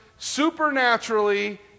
supernaturally